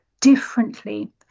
differently